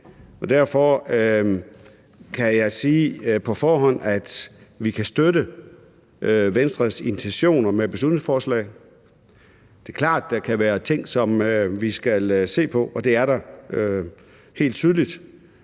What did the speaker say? derfor kan jeg sige på forhånd, at vi kan støtte Venstres intentioner med beslutningsforslaget. Det er klart, at der kan være ting, som vi skal se på, og det er der helt tydeligt,